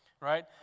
right